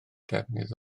defnydd